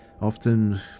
often